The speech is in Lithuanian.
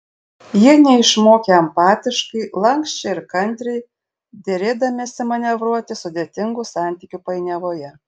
jie neišmokę empatiškai lanksčiai ir kantriai derėdamiesi manevruoti sudėtingų santykių painiavoje